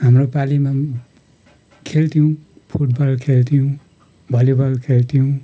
हाम्रो पालीमा पनि खेल्थ्यौँ फुटबल खेल्थ्यौँ भलिबल खेल्थ्यौँ